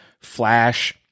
Flash